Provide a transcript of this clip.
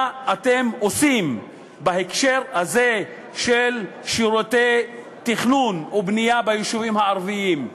מה אתם עושים בהקשר הזה של שירותי תכנון ובנייה ביישובים הערביים.